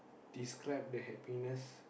describe the happiness